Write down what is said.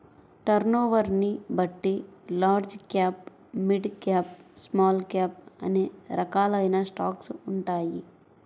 టర్నోవర్ని బట్టి large cap, mid cap, small cap అనే రకాలైన స్టాక్స్ ఉంటాయి